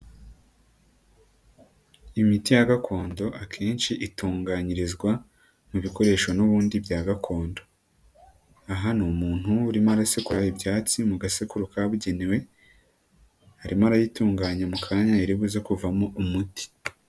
Imiti ya gakondo akenshi itunganyirizwa mu bikoresho n'ubundi bya gakondo, aha ni umuntu urimo arasekura ibyatsi mu gasekuru kabugenewe, arimo arayitunganya mu kanya iribuze kuvamo umuti.